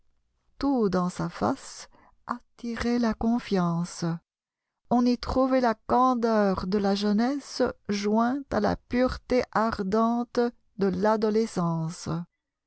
tout dans sa face attirait la confiance on y trouvait la candeur de la jeunesse jointe à la pureté ardente de l'adolescence